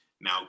Now